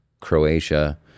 Croatia